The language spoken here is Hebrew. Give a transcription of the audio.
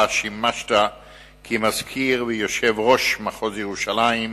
שבה שימשת מזכיר ויושב-ראש מחוז ירושלים,